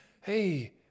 hey